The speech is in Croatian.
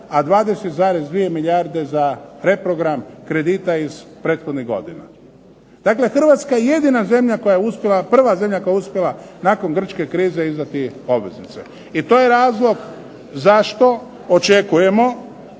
a 20,2 milijarde za reprogram kredita iz prethodnih godina. Dakle, Hrvatska je jedina zemlja koja je uspjela, prva zemlja koja je uspjela nakon grčke krize izdati obveznice i to je razlog zašto očekujemo